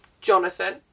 Jonathan